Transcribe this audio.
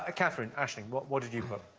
ah kind of and aisling, what what did you put?